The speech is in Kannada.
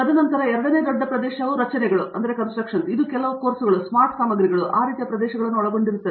ತದನಂತರ ಎರಡನೇ ದೊಡ್ಡ ಪ್ರದೇಶವು ರಚನೆಗಳು ಇದು ಕೆಲವು ಕೋರ್ಸ್ಗಳು ಸ್ಮಾರ್ಟ್ ಸಾಮಗ್ರಿಗಳು ಆ ರೀತಿಯ ಪ್ರದೇಶಗಳನ್ನು ಒಳಗೊಂಡಿರುತ್ತದೆ